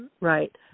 Right